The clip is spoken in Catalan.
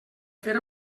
fer